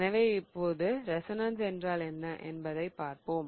எனவே இப்போது ரெசோனன்ஸ் என்றால் என்ன என்பதைப் பார்ப்போம்